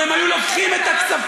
לו הם היו לוקחים את הכספים,